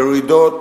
ירידות,